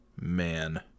Man